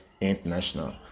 International